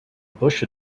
bush